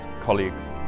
colleagues